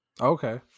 Okay